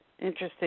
interesting